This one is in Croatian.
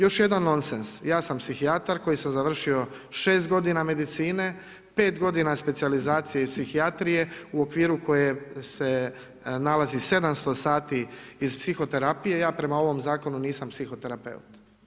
Još jedan nonsens, ja sam psihijatar koji sam završio 6 godina medicine, 5 godina je specijalizacija iz psihijatrije u okviru koje se nalazi 700 sati iz psihoterapije, ja prema ovom zakonu nisam psihoterapeut.